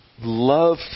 love